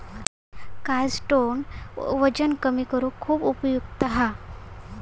chitosan वजन कमी करुक खुप उपयुक्त हा